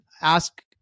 ask